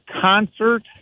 concert